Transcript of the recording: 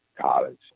college